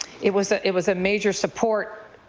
it was ah it was a major support